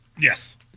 Yes